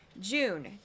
June